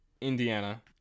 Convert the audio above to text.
Indiana